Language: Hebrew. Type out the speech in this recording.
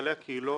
מנהלי הקהילות,